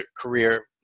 career